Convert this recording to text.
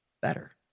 better